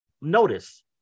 Notice